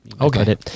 Okay